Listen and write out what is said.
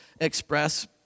express